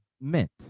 meant